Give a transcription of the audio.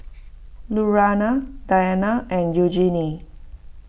Lurana Diana and Eugenie